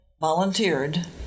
volunteered